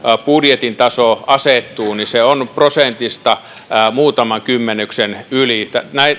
budjetin taso asettuu niin se on prosentista muutaman kymmenyksen yli